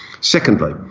Secondly